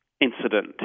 incident